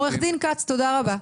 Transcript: עו"ד כץ, תודה רבה.